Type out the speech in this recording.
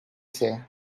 say